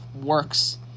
works